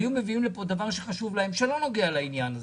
או היו מביאים לפה דבר שחשוב להם שלא נוגע לעניין הזה,